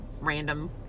random